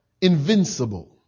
invincible